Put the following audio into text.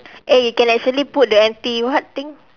eh you can actually put the anti what thing